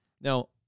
Now